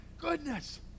goodness